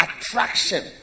attraction